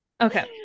Okay